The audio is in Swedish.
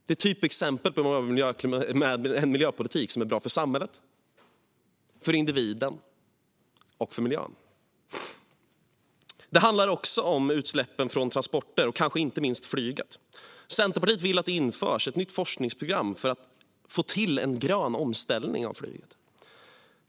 Detta är ett typexempel på en miljöpolitik som är bra för samhället, individen och miljön. Det handlar också om utsläppen från transporter, kanske inte minst flyget. Centerpartiet vill att det införs ett nytt forskningsprogram för att få till en grön omställning av flyget.